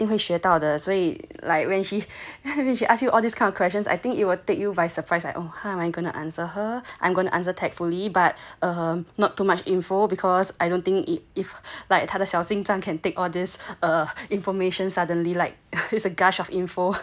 like 一定会学到的所以 like when she when she ask you all this kind of questions I think it will take you by surprise like oh how I'm going to answer her I'm going to answer tactfully but um not too much info because I don't think it if like 他的小心脏 can take all this information suddenly like it's like a gush of info